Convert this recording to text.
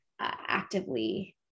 actively